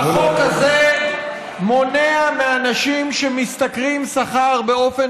החוק הזה מונע מאנשים שמשתכרים שכר באופן